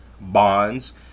bonds